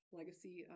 legacy